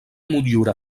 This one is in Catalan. motllura